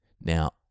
Now